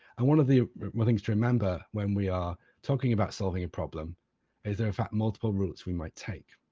and one of the things to remember when we are talking about solving a problem is there are, in fact, multiple routes we might take.